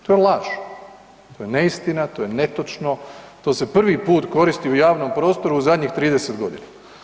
To je laž, to je neistina, to je netočno, to se prvi put koristi u javnom prostoru u zadnjih 30 godina.